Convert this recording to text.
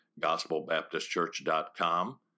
gospelbaptistchurch.com